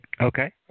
Okay